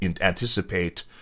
anticipate